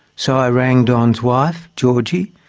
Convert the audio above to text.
so i rang don's wife georgie,